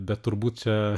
bet turbūt čia